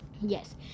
yes